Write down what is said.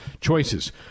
choices